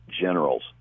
generals